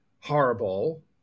horrible